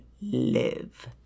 live